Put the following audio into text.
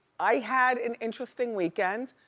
i had an interesting weekend.